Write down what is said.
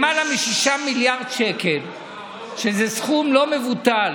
התוצאה היא שהכנסת הולכת לאשר היום חוק לא טוב,